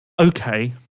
Okay